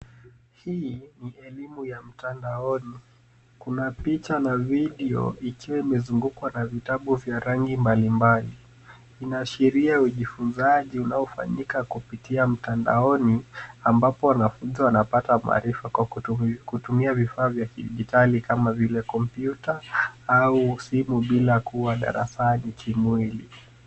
Hii ni elimu ya mtandaoni. Kuna picha na video ikiwa imezungukwa na vitabu vya rangi mbalimbali. Inaashiria ujifunzaji unaofanyika kupitia mtandaoni ambapo wanafunzi wanapata maarifa kwa kutumia vifaa vya kidijitali kama vile kompyuta au simu bila kuwa darasani kimwili.